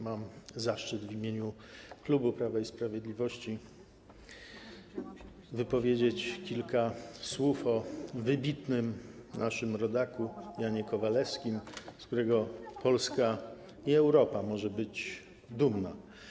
Mam zaszczyt w imieniu klubu Prawa i Sprawiedliwości wypowiedzieć kilka słów o wybitnym naszym rodaku Janie Kowalewskim, z którego Polska i Europa mogą być dumne.